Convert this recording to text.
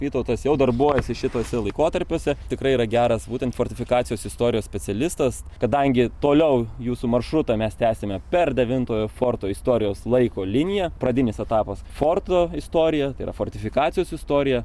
vytautas jau darbuojasi šituose laikotarpiuose tikrai yra geras būtent fortifikacijos istorijos specialistas kadangi toliau jūsų maršrutą mes tęsiame per devintojo forto istorijos laiko liniją pradinis etapas forto istorija tai yra fortifikacijos istorija